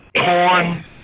corn